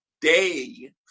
day